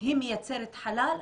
היא מייצרת חלל,